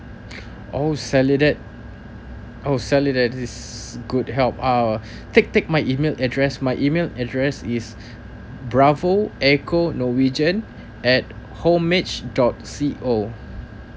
oh sally that oh sally that is good help uh take take my email address my email address is bravo echo norwegian at homage dot C_O